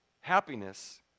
Happiness